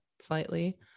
slightly